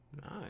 Nice